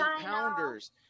pounders